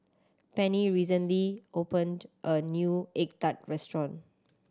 Penni recently opened a new egg tart restaurant